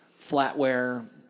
flatware